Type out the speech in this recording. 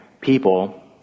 people